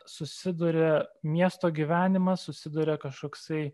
susiduria miesto gyvenimas susiduria kažkoksai